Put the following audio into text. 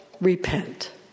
repent